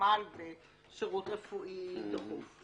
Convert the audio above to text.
חשמל ושירות רפואי דחוף.